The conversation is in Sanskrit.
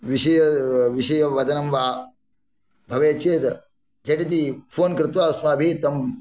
विषय विषयवदनं वा भवेत् चेत् झटिति फ़ोन् कृत्वा अस्माभिः तं